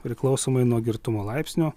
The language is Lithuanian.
priklausomai nuo girtumo laipsnio